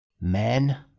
men